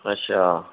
अच्छा